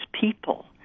people